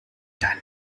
dann